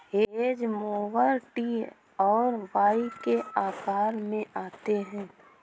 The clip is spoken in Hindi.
हेज मोवर टी और वाई के आकार में आते हैं